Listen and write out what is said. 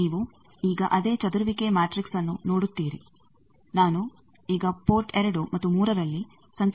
ನೀವು ಈಗ ಅದೇ ಚದುರುವಿಕೆ ಮ್ಯಾಟ್ರಿಕ್ಸ್ಅನ್ನು ನೋಡುತ್ತೀರಿ ನಾನು ಈಗ ಪೋರ್ಟ್ 2 ಮತ್ತು 3ರಲ್ಲಿ ಸಂಕೇತವನ್ನು ಅನ್ವಯಿಸುತ್ತೇನೆ